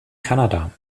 kanada